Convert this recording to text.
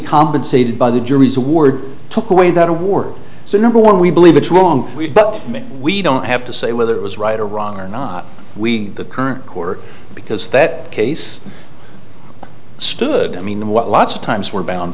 compensated by the jury's award took away that award so number one we believe it's wrong but we don't have to say whether it was right or wrong or not we the current court because that case stood i mean what lots of times we're bound